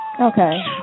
Okay